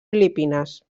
filipines